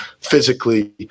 physically